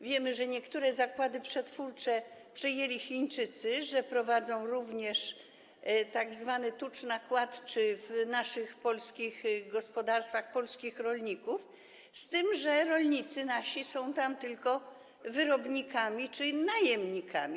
Wiemy, że niektóre zakłady przetwórcze przejęli Chińczycy, że prowadzą również tzw. tucz nakładczy w naszych polskich gospodarstwach, gospodarstwach polskich rolników, z tym że rolnicy nasi są tam tylko wyrobnikami czy najemnikami.